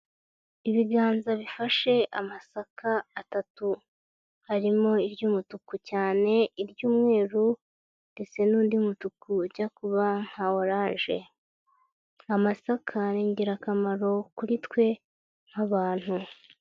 Ibiganza bifashe amasaka atatu, harimo iry'umutuku cyane, iry'umweru ndetse n'undi mutuku ujya kuba nka orange. Amasaka ni ingirakamaro kuri twe nk'abantu.